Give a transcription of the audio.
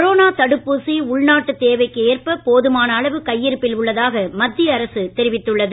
corona தடுப்பூசி உள்நாட்டு தேவைக்கு ஏற்ப போதுமான அளவு கையிருப்பில் உள்ளதாக மத்திய அரசு தெரிவித்துள்ளது